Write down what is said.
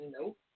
Nope